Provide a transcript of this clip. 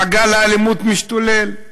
מעגל האלימות משתולל.